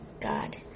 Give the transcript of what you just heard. God